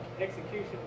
execution